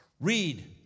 Read